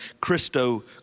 Christo